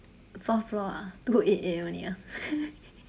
fourth floor ah two eight eight only ah